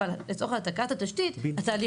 אבל לצורך העתקת התשתית לא התהליך